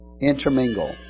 intermingle